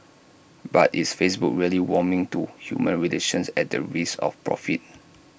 but is Facebook really warming to human relations at the risk of profit